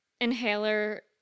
inhaler